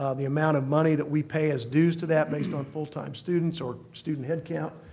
ah the amount of money that we pay as dues to that based on full time students or student head count.